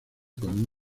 con